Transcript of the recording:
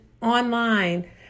online